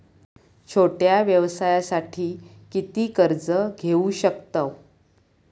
छोट्या व्यवसायासाठी किती कर्ज घेऊ शकतव?